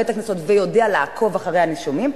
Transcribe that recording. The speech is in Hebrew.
את הקנסות ויודע לעקוב אחרי הנישומים,